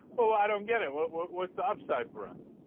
well i don't get it what what what's outside for us